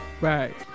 Right